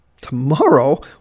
Tomorrow